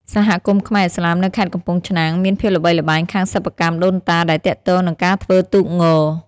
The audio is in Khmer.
សហគមន៍ខ្មែរឥស្លាមនៅខេត្តកំពង់ឆ្នាំង មានភាពល្បីល្បាញខាងសិប្បកម្មដូនតាដែលទាក់ទងនឹងការធ្វើទូកង។